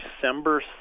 December